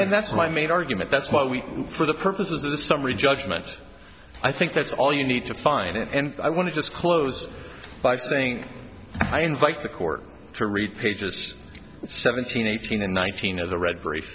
and that's my main argument that's why we for the purposes of the summary judgment i think that's all you need to find and i want to just close by saying i invite the court to read pages seventeen eighteen and nineteen of the read br